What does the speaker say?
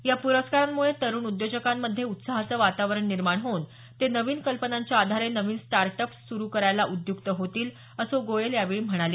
या प्रस्कारांमुळे तरुण उद्योजकांमध्ये उत्साहाचं वातावरण निर्माण होऊन ते नवीन कल्पनांच्या आधारे नवीन स्टार्ट अप्स सुरु करायला उद्युक्त होतील असं गोयल यावेळी म्हणाले